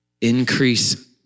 Increase